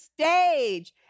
stage